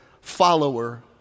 follower